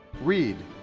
read.